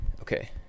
Okay